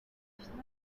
national